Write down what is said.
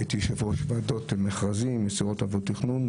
הייתי יושב-ראש ועדות מכרזים ויהודה,